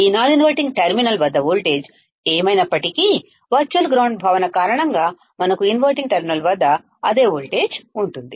ఈ non inverting terminal వద్ద voltage ఏమైనప్పటికీ వర్చువల్ గ్రౌండ్ భావన కారణంగా మనకు ఇన్వర్టింగ్ టెర్మినల్ వద్ద అదే వోల్టేజ్ ఉంటుంది